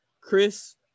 Chris